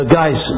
guys